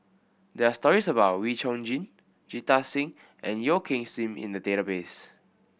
there are stories about Wee Chong Jin Jita Singh and Yeo Kim Seng in the database